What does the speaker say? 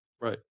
Right